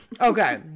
Okay